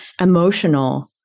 emotional